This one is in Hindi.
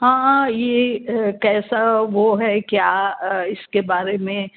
हाँ ये कैसा वो है क्या इसके बारे में